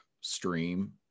stream